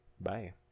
bye